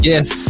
Yes